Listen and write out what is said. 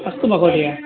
अस्तु महोदय